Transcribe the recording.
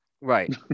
Right